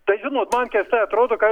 tai žinot man keistai atrodo kai